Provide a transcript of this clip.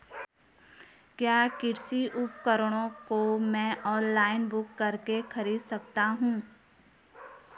क्या कृषि उपकरणों को मैं ऑनलाइन बुक करके खरीद सकता हूँ?